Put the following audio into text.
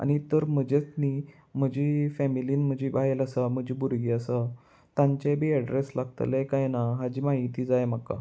आनी तर म्हजेच न्ही म्हजी फॅमिलीन म्हजी बायल आसा म्हजी भुरगीं आसा तांचेय बी एड्रेस लागतले कायां ना हाजी म्हायती जाय म्हाका